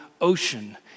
ocean